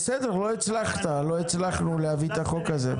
בסדר, לא הצלחת, לא הצלחנו להביא את החוק הזה.